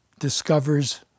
discovers